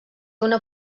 una